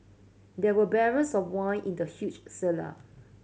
there were barrels of wine in the huge cellar